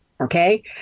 Okay